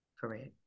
Correct